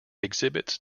exhibits